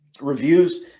reviews